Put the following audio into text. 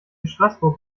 straßburg